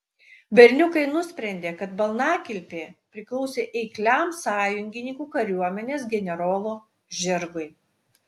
berniukai nusprendė kad balnakilpė priklausė eikliam sąjungininkų kariuomenės generolo žirgui